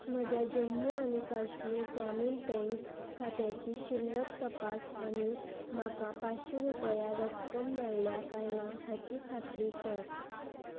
म्हज्या जम्मू आनी काश्मीर ग्रामीण बँक खात्याची शिल्लक तपास आनी म्हाका पांचशीं रुपया रक्कम मेळ्ळ्या काय ना हाची खात्री कर